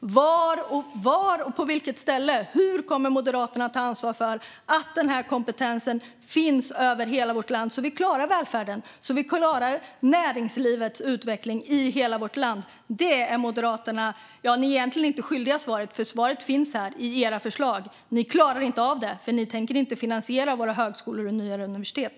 Var och hur kommer Moderaterna att ta ansvar för att denna kompetens finns över hela vårt land så att vi klarar välfärden och näringslivets utveckling i hela vårt land? Där är Moderaterna svaret skyldiga. Eller det är ni egentligen inte, för svaret finns här, i era förslag: Ni klarar inte av det, för ni tänker inte finansiera våra högskolor och nyare universitet.